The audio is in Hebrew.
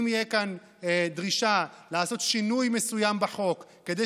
אם תהיה כאן דרישה לעשות שינוי מסוים בחוק כדי